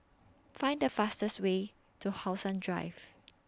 Find The fastest Way to How Sun Drive